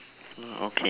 mm okay